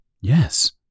Yes